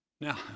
Now